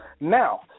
Now